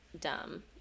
dumb